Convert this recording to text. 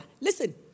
Listen